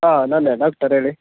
ಹಾಂ ನಾನೆ ಡಾಕ್ಟರ್ ಹೇಳಿ